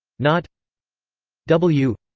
not w?